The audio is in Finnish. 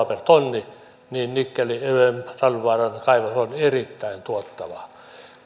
per tonni niin talvivaaran kaivos on erittäin tuottava